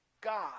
God